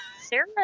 sarah